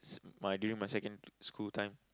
my during my secondary school time